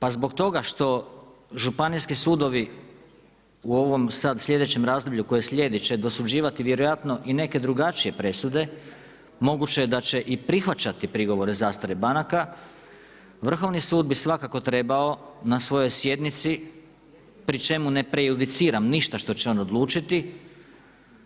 Pa zbog toga što županijski sudovi u ovom sada sljedećem razdoblju koje je sljedeće dosuđivati vjerojatno i neke drugačije presude, moguće je da će i prihvaćati prigovore zastare banaka Vrhovni sud bi svakako trebao na svojoj sjednici, pri čemu ne prejudiciram ništa što će on odlučiti